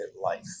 life